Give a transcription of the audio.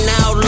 out